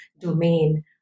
domain